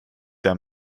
der